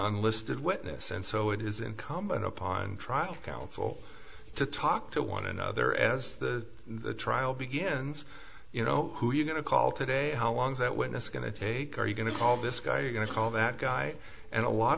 unlisted witness and so it is incumbent upon trial counsel to talk to one another as the trial begins you know who are you going to call today how long that witness going to take are you going to call this guy you're going to call that guy and a lot